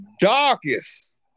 darkest